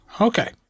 Okay